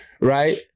right